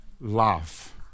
love